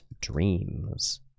dreams